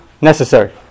necessary